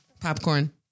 popcorn